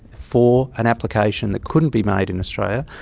for an application that couldn't be made in australia,